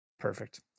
Perfect